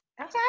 Okay